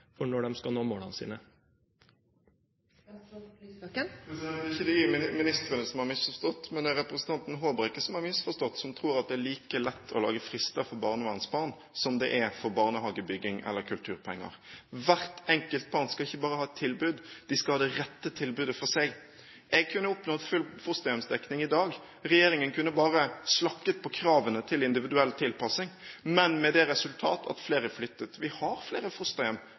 for når de skal nå målene sine? Det er ikke ministrene som har misforstått, men det er representanten Håbrekke som har misforstått, som tror at det er like lett å lage frister for barnevernsbarn som det er for barnehagebygging eller når det gjelder kulturpenger. Hvert enkelt barn skal ikke bare ha et tilbud; de skal ha det rette tilbudet for seg. Jeg kunne oppnådd full fosterhjemsdekning i dag. Regjeringen kunne bare slakket på kravene til individuell tilpassing, men med det resultat at flere flyttet. Vi har flere fosterhjem